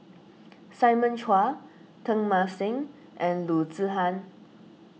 Simon Chua Teng Mah Seng and Loo Zihan